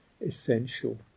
essential